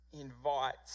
Invites